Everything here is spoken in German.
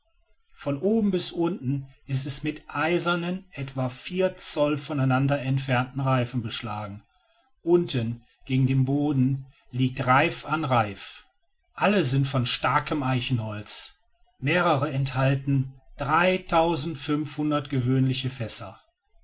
von oben bis unten ist es mit eisernen etwa vier zoll voneinander entfernten reifen beschlagen unten gegen den boden liegt reif an reif alle sind von starkem eichenholz mehrere enthalten dreitausendfünfhundert gewöhnliche fässer